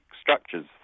structures